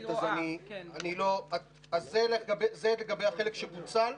אז זה לגבי החלק שפוצל?